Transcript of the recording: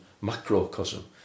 macrocosm